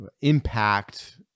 impact